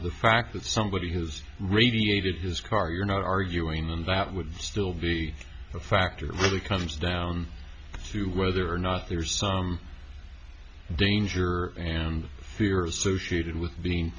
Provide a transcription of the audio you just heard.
the fact that somebody has radiated his car you're not arguing with that would still be a factor really comes down to whether or not theirs danger and fear associated with being